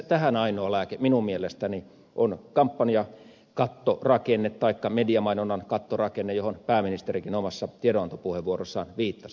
tähän ainoa lääke minun mielestäni on kampanjakattorakenne taikka mediamainonnan kattorakenne johon pääministerikin omassa tiedonantopuheenvuorossaan viittasi